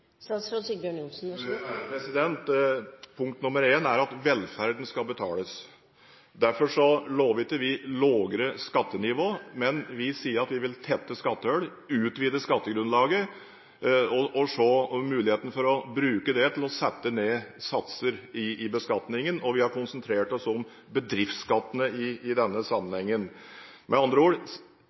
Punkt én er at velferden skal betales. Derfor lover vi ikke et lavere skattenivå, men vi sier at vi vil tette skattehull, utvide skattegrunnlaget og se på muligheten for å bruke det til å sette ned satser i beskatningen, og i denne sammenhengen har vi konsentrert oss om bedriftsskattene. Med andre ord gjør vi det samme som vi gjorde i 1992 – utvide skattegrunnlaget og ned med